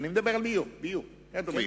אני מדבר על ביוב, ביוב, רק בביוב.